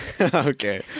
Okay